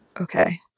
Okay